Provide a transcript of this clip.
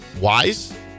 Wise